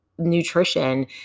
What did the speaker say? nutrition